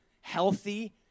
healthy